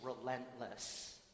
relentless